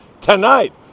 tonight